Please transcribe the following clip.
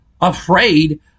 afraid